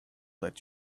that